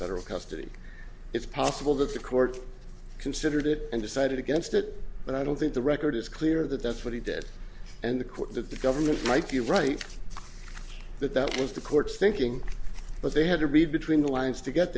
federal custody it's possible that the court considered it and decided against it but i don't think the record is clear that that's what he did and the court of the government mike you're right that that was the court's thinking but they had to read between the lines to get